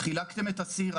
חילקתם את הסיר.